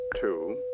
two